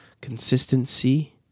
consistency